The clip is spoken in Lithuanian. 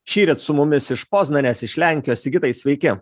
šįryt su mumis iš poznanės iš lenkijos sigitai sveiki